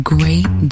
Great